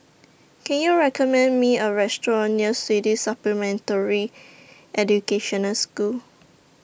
Can YOU recommend Me A Restaurant near Swedish Supplementary Education School